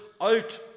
out